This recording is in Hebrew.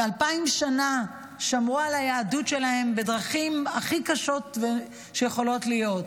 ב-2,000 שנה שמרו על היהדות שלהם בדרכים הכי קשות שיכולות להיות,